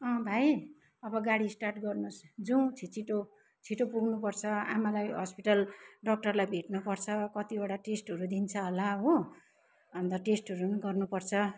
अँ भाइ अब गाडी स्टार्ट गर्नुहोस् जाउँ छि छिटो छिटो पुग्नुपर्छ आमालाई हस्पिटल डक्टरलाई भेट्नुपर्छ कतिवटा टेस्टहरू दिन्छ होला हो अन्त टेस्टहरू पनि गर्नुपर्छ